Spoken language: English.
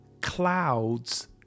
clouds